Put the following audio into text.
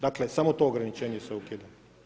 Dakle, samo to ograničenje se ukida.